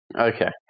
Okay